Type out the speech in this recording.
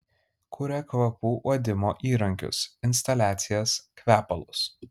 kuria kvapų uodimo įrankius instaliacijas kvepalus